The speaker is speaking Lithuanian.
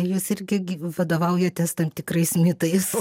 jūs irgi gi vadovaujatės tam tikrais mitais